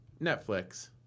Netflix